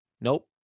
Nope